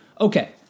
Okay